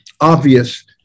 obvious